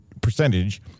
percentage